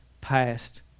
passed